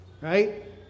Right